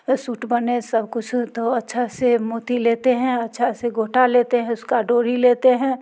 suit बने सब कुछ तो अच्छा से मोती लेते हैं अच्छा से गोटा लेते हैं उसका डोरी लेते हैं